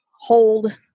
hold